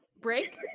Break